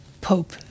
pope